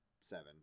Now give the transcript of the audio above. seven